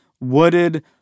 wooded